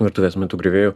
virtuvės mitų griovėjų